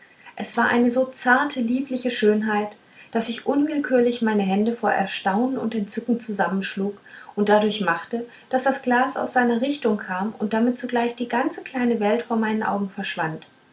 es war eine so zarte liebliche schönheit daß ich unwillkürlich meine lände vor erstaunen und entzücken zusammenschlug und dadurch machte daß das glas aus seiner richtung kam und damit zugleich die ganze kleine welt vor meinen augen verschwand